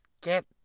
get